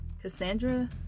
Cassandra